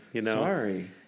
Sorry